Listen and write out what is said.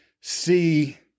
see